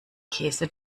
käse